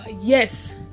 yes